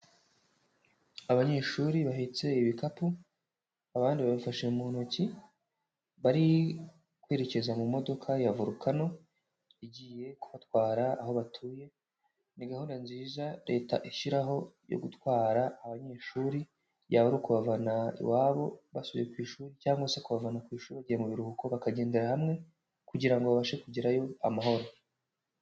Abanyeshuri bahetse ibikapu, abandi babifashe mu ntoki bari kwerekeza mu modoka ya vorukano igiye kubatwara aho batuye, ni gahunda nziza leta ishyiraho yo gutwara abanyeshuri; yaba ari ukubavana iwabo basubiye ku ishuri cyangwa se kubavana ku ishuri bagiye mu biruhuko bakagendera hamwe kugira babashe kugerayo amahoro.